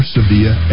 Sevilla